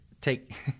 take